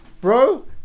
bro